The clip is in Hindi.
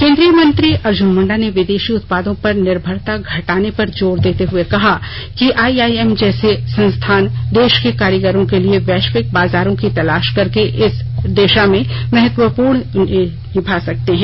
केंद्रीय मंत्री अर्जुन मुंडा ने विदेशी उत्पादों पर निर्भरता घटाने पर जोर देते हुए कहा कि आईआईएम जैसे संस्थान देश के कारीगरो के लिए वैश्विक बाजारों की तलाश करके इस दिशा में महत्वपूर्ण भूमिका निभा सकते हैं